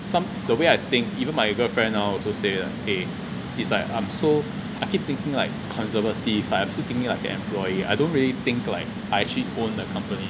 some say the way I think even my girlfriend hor also say ah eh it's like I'm so I keep thinking like conservative like I'm still thinking like an employee I don't really think like I actually own a company